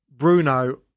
bruno